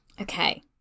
Okay